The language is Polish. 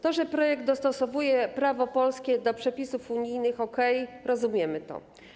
To, że projekt dostosowuje prawo polskie do przepisów unijnych - okej, rozumiemy to.